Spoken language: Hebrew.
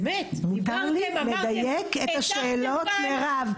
מותר לכם, אמרתם -- מותר לי לדייק את השאלות לרב.